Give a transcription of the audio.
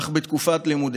אך בתקופת לימודים.